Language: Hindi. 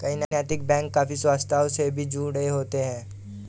कई नैतिक बैंक काफी संस्थाओं से भी जुड़े होते हैं